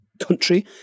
country